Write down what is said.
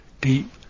deep